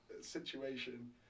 situation